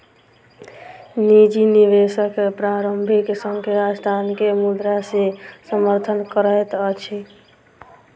निजी निवेशक प्रारंभिक संस्थान के मुद्रा से समर्थन करैत अछि